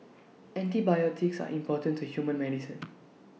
antibiotics are important to human medicine